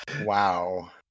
Wow